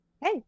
hey